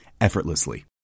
effortlessly